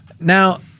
Now